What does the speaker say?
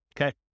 okay